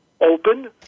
open